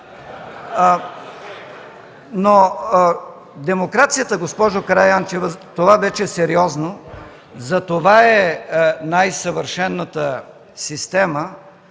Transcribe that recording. Демокрацията, госпожо Караянчева – това вече е сериозно – затова е най-съвършената система,